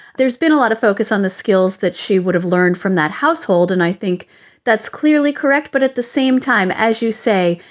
there's been a lot of focus on the skills that she would have learned from that household, and i think that's clearly correct. but at the same time, as you say,